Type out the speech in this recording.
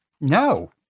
No